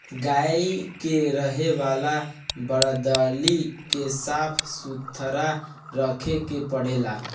गाई के रहे वाला वरदौली के साफ़ सुथरा रखे के पड़ेला